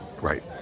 Right